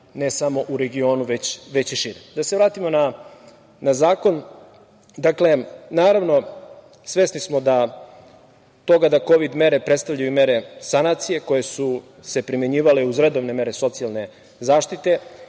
ne samo u regionu, već i šire. Da se vratimo na zakon. Dakle, naravno svesni smo toga da Kovid mere predstavljaju mere sanacije koje su se primenjivale uz redovne mere socijalne zaštite